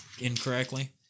incorrectly